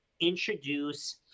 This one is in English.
introduce